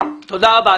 תודה רבה.